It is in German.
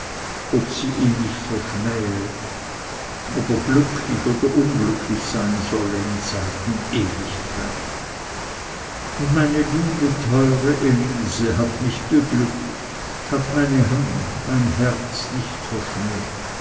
ob sie ihn nicht verschmähe ob er glücklich oder unglücklich sein solle in zeit und ewigkeit und meine liebe teure elise hat mich beglückt hat meine hand mein herz nicht verschmäht